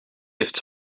heeft